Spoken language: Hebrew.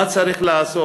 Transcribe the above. מה צריך לעשות?